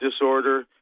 disorder